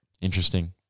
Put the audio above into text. Interesting